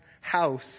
house